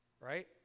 right